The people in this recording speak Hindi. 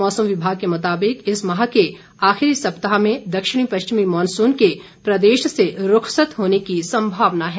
मौसम विभाग के मुताबिक इस माह के आखिरी सप्ताह में दक्षिणी पश्चिमी मॉनसून के प्रदेश से रूख्सत होने की संभावना है